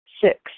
Six